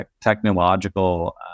technological